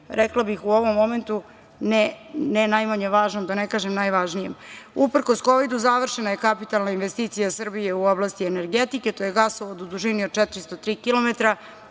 rekla bih u ovom momentu ne najmanje važan, da ne kažem najvažnijem. Uprkos Kovidu, završena je kapitalna investicija Srbije u oblasti energetike, to je gasovod u dužini od 403 kilometra